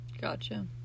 Gotcha